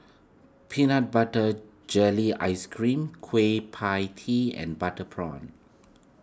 Peanut Butter Jelly Ice Cream Kueh Pie Tee and Butter Prawn